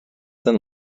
than